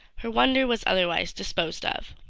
her wonder was otherwise disposed of.